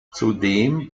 zudem